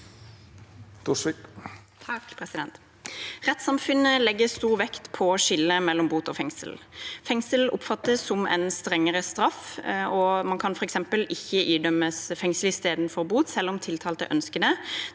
Retts- samfunnet legger stor vekt på å skille mellom bot og fengsel. Fengsel oppfattes som en strengere straff, og man kan f.eks. ikke idømmes fengsel i stedet for bot, selv om tiltalte ønsker det.